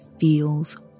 feels